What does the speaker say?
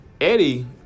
Eddie